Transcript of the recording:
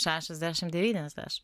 šešiasdešim devyniasdešim